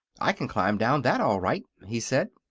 i can climb down that, all right, he said.